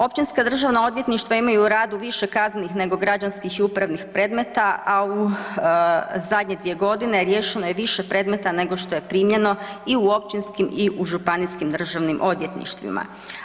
Općinska državna odvjetništva imaju u radu više kaznenih nego građanskih i upravnih predmeta, a u zadnje dvije godine riješeno je više predmeta nego što je primljeno i u općinskim i u županijskim državnim odvjetništvima.